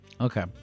Okay